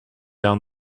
down